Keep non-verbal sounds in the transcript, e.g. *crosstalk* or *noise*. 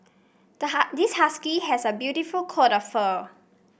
the *hesitation* this husky has a beautiful coat of fur